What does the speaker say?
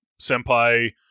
senpai